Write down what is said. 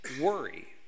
worry